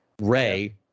Ray